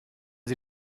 sie